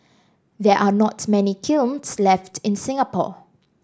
there are not many kilns left in Singapore